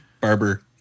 barber